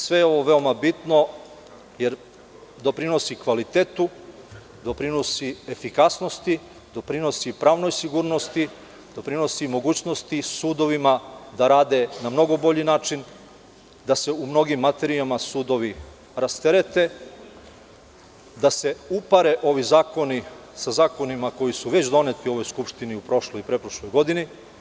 Sve ovo je veoma bitno jer doprinosi kvalitetu, doprinosi efikasnosti, doprinosi pravnoj sigurnosti, doprinosi mogućnosti sudovima da rade na mnogo bolji način, da se u mnogim materijama sudovi rasterete, da se upare ovi zakoni sa zakonima koji su već doneti u ovoj skupštini u prošloj i pretprošloj godini.